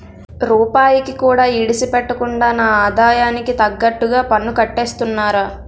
రూపాయికి కూడా ఇడిసిపెట్టకుండా నా ఆదాయానికి తగ్గట్టుగా పన్నుకట్టేస్తున్నారా